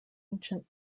ancient